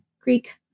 Greek